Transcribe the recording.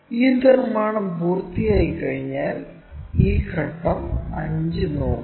ഈ നിർമ്മാണം പൂർത്തിയായിക്കഴിഞ്ഞാൽ ഈ ഘട്ടം 5 നോക്കുക